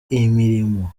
imirimo